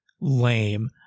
Lame